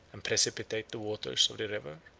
and precipitate the waters, of the river.